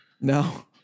No